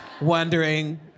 wondering